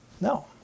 no